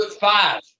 five